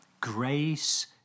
grace